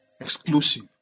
exclusive